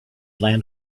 land